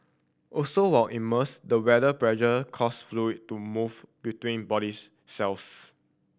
also while immersed the weather pressure cause fluid to move between bodies cells